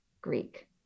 Greek